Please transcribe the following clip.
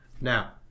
Now